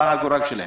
מה הגורל שלהן?